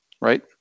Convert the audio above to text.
right